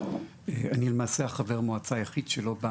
אני למעשה חבר המועצה היחיד שלא בא